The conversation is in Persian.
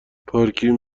پارکینگ